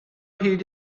hyd